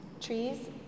Trees